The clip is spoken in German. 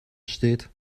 steht